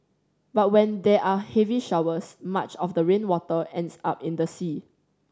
but when there are heavy showers much of the rainwater ends up in the sea